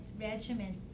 regimens